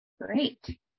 Great